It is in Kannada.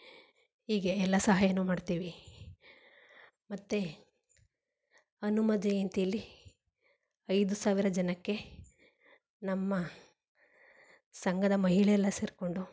ಹೀಗೆ ಎಲ್ಲ ಸಹಾಯನೂ ಮಾಡ್ತೀವಿ ಮತ್ತು ಹನುಮ ಜಯಂತೀಲಿ ಐದು ಸಾವಿರ ಜನಕ್ಕೆ ನಮ್ಮ ಸಂಘದ ಮಹಿಳೆಯೆಲ್ಲ ಸೇರಿಕೊಂಡು